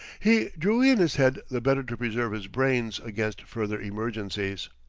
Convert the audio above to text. he drew in his head the better to preserve his brains against further emergencies.